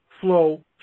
flow